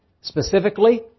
Specifically